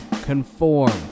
conform